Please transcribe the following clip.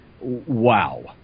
wow